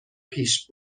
پیش